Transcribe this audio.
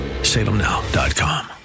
salemnow.com